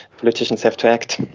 politicians have to act.